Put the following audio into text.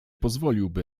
pozwoliłby